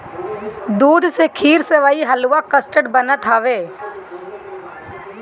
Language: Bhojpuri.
दूध से खीर, सेवई, हलुआ, कस्टर्ड बनत हवे